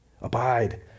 Abide